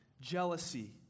Jealousy